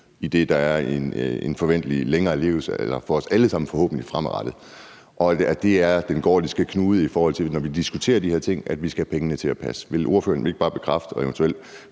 idet der er en forventelig – for os alle sammen forhåbentlig – længere levetid, og at det er den gordiske knude, når vi diskuterer de her ting, altså at vi skal have pengene til at passe. Vil ordføreren ikke bare bekræfte og eventuelt